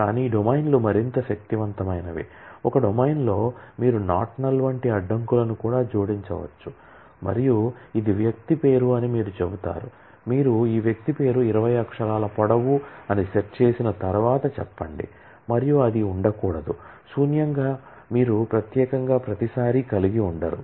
కానీ డొమైన్లు మరింత శక్తివంతమైనవి ఒక డొమైన్లో మీరు నాట్ నల్ వంటి అడ్డంకులను కూడా జోడించవచ్చు మరియు ఇది వ్యక్తి పేరు అని మీరు చెప్తారు మీరు ఈ వ్యక్తి పేరు 20 అక్షరాల పొడవు అని సెట్ చేసిన తర్వాత చెప్పండి మరియు అది ఉండకూడదు శూన్యంగా మీరు ప్రత్యేకంగా ప్రతిసారీ కలిగి ఉండరు